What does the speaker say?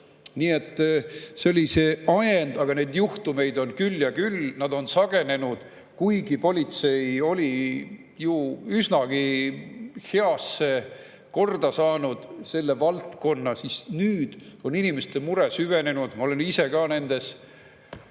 oli [arupärimise] ajend, aga neid juhtumeid on küll ja küll, need on sagenenud. Kuigi politsei oli üsnagi heasse korda saanud selle valdkonna, on nüüd inimeste mure süvenenud. Ma olen ise ka nendes